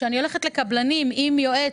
כשאני הולכת לקבלנים עם יועץ,